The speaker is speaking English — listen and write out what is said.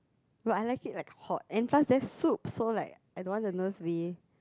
but I like it like hot and plus there's soup so like I don't want the noodles to be